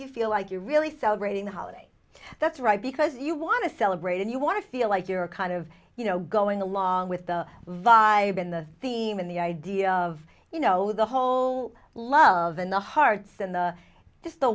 you feel like you're really celebrating the holiday that's right because you want to celebrate and you want to feel like you're kind of you know going along with the vibe in the theme and the idea of you know the whole love in the hearts and just the